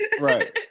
Right